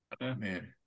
Man